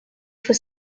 for